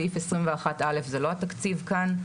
סעיף 21א זה לא התקציב כאן.